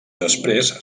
després